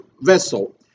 vessel